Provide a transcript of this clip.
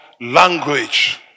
language